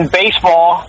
baseball